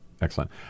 Excellent